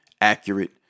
accurate